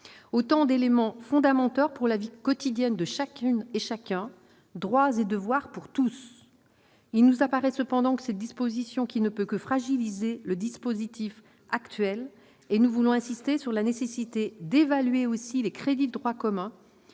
autant d'éléments fondamentaux pour la vie quotidienne de chacune et chacun, dans le cadre des droits et devoirs pour tous. Il nous semble cependant que la dernière disposition évoquée ne peut que fragiliser le dispositif actuel. Nous voulons insister sur la nécessité d'évaluer les crédits de droit commun.